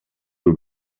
were